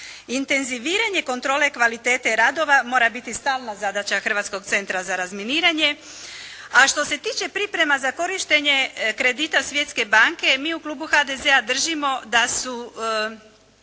Intenziviranje kontrole kvalitete radova mora biti stalna zadaća Hrvatskog centra za razminiranje. A što se tiče priprema za korištenje kredita Svjetske banke mi u klubu HDZ-a držimo da su